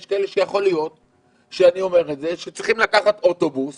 יש כאלה שיכול להיות שצריכים לקחת אוטובוס